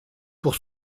pour